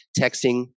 texting